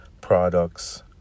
products